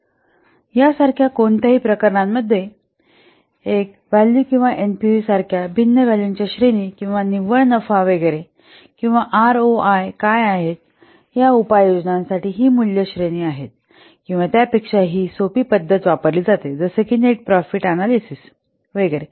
हया सारख्या कोणत्याही प्रकरणांमध्ये एक व्हॅलू किंवा एनपीव्हीसारख्या भिन्न व्हॅलूच्या श्रेणी किंवा निव्वळ नफा वगैरे किंवा आरओआय काय आहेत या उपाययोजनांसाठी ही मूल्ये श्रेणी आहेत किंवा त्या पेक्षा हि सोपी पद्धत वापरली जाते जसे कि नेट प्रॉफिट अनॅलिसिस वगैरे